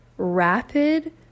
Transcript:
rapid